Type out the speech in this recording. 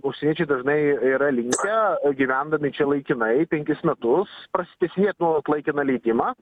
užsieniečiai dažnai yra linkę gyvendami čia laikinai penkis metus prasitesinėt nuolat laikiną leidimą